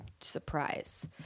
Surprise